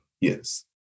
Yes